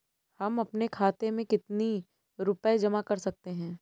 हम अपने खाते में कितनी रूपए जमा कर सकते हैं?